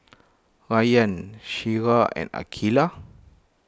Rayyan Syirah and Aqilah